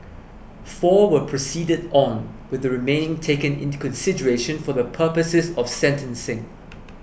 four were proceeded on with the remaining taken into consideration for the purposes of sentencing